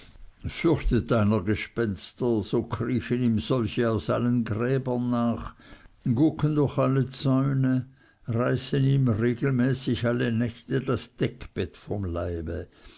fürchtet einer gespenster so kriechen ihm solche aus allen gräbern nach gucken durch alle zäune reißen ihm regelmäßig alle nächte das deckbett vom leibe